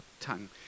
tongue